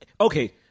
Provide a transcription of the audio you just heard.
Okay